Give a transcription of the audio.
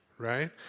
Right